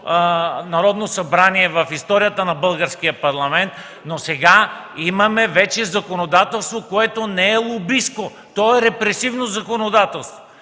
Народно събрание в историята на българския Парламент, но сега имаме вече законодателство, което не е лобистко. То е репресивно законодателство!